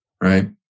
right